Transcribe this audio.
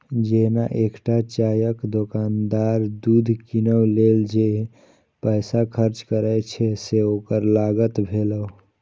जेना एकटा चायक दोकानदार दूध कीनै लेल जे पैसा खर्च करै छै, से ओकर लागत भेलै